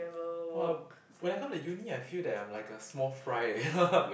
!wah! when I come to uni I feel that I'm like a small fry eh